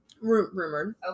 rumored